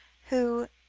who,